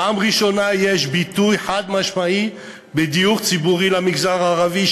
בפעם הראשונה יש ביטוי חד-משמעי לדיור ציבורי למגזר הערבי,